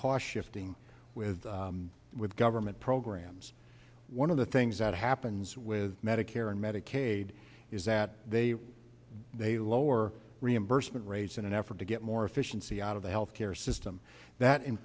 thing with with government programs one of the things that happens with medicare and medicaid is that they they lower reimbursement rates in an effort to get more efficiency out of the health care system that in